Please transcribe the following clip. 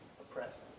oppressed